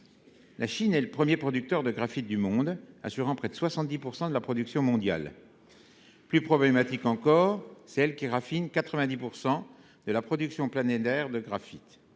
La Chine est le premier producteur de graphite du monde : elle assure près de 70 % de la production mondiale. Plus problématique encore, c’est elle qui raffine 90 % de la production planétaire de graphite.